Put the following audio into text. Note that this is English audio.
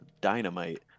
dynamite